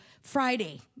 Friday